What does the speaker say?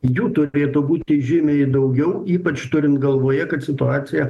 jų turėtų būti žymiai daugiau ypač turint galvoje kad situacija